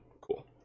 Cool